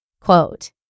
Quote